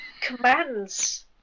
commands